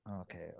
Okay